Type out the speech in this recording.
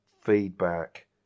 feedback